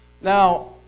Now